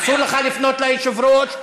אסור לך לפנות ליושב-ראש.